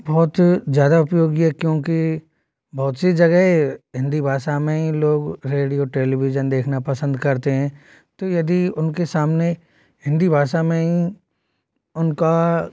बहुत ज़्यादा उपयोगी है क्योंकि बहुत सी जगह हिंदी भाषा में लोग रेडियो टेलीविज़न देखना पसंद करते हैं तो यदि उनके सामने हिंदी भाषा में हीं उनका